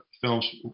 films